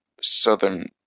southern